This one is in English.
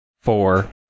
four